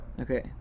Okay